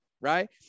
right